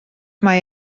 mae